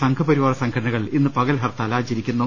സംഘപരിവാർ സംഘടനകൾ ഇന്ന് പകൽ ഹർത്താൽ ഒആചരിക്കുന്നു